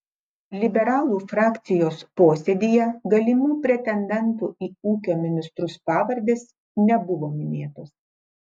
liberalų frakcijos posėdyje galimų pretendentų į ūkio ministrus pavardės nebuvo minėtos